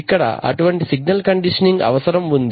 ఇక్కడ అటువంటి signal conditioning అవసరం ఉంది